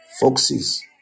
Foxes